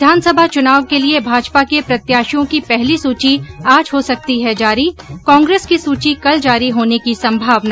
विधानसभा चुनाव के लिये भाजपा के प्रत्याशियों की पहली सूची आज हो सकती है जारी कांग्रेस की सूची कल जारी होने की संभावना